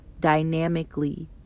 dynamically